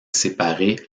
séparé